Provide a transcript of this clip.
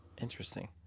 interesting